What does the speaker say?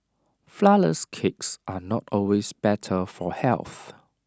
Flourless Cakes are not always better for health